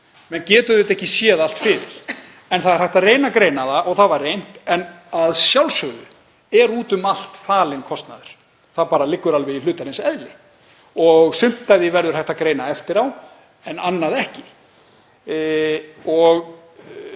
Menn geta auðvitað ekki séð allt fyrir en það er hægt að reyna að greina það og það var reynt. En að sjálfsögðu er úti um allt falinn kostnaður. Það liggur alveg í hlutarins eðli. Sumt af því verður hægt að greina eftir á en annað ekki.